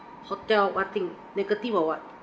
hotel what thing negative or what